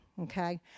okay